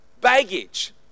baggage